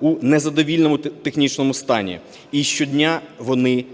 у незадовільному технічному стані, і щодня вони